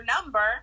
number